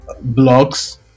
blocks